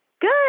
Good